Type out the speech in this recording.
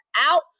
out